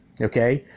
Okay